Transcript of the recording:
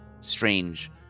strange